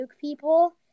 people